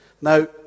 Now